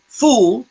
fool